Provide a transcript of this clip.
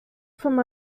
from